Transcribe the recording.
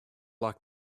like